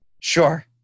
Sure